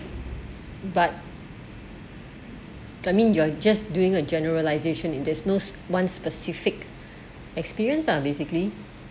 but that mean you are just doing a generalisation and there's nos one specific experience ah basically